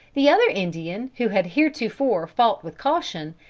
the other indian, who had heretofore fought with caution,